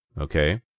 okay